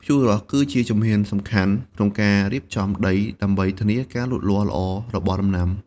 ភ្ជួររាស់គឺជាជំហានសំខាន់ក្នុងការរៀបចំដីដើម្បីធានាការលូតលាស់ល្អរបស់ដំណាំ។